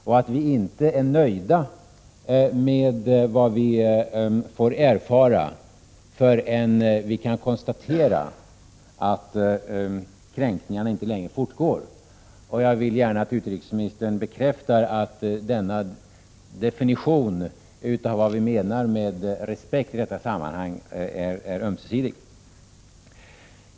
Vi är inte nöjda med vad vi får erfara förrän vi kan konstatera att kränkningarna inte längre fortgår. Jag vill gärna att utrikesministern bekräftar att denna definition av vad vi menar med respekt i detta sammanhang är ömsesidig.